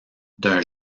d’un